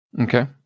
Okay